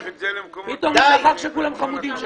פתאום שכח שכולם חמודים שלי.